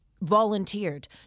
volunteered